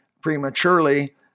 prematurely